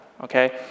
okay